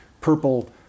purple